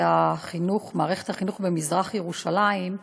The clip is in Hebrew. שמערכת החינוך במזרח-ירושלים,